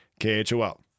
khol